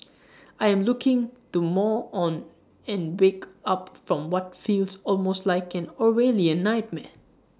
I am looking to more on and wake up from what feels almost like an Orwellian nightmare